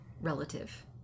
relative